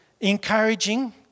Encouraging